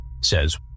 Says